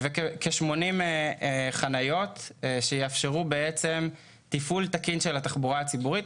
וכ-80 חניות שיאפשרו תפעול תקין של התחבורה הציבורית.